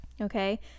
Okay